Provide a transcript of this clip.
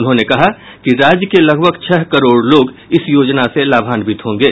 उन्होंने कहा कि राज्य के लगभग छह करोड़ लोग इस योजना से लाभान्वित होंगे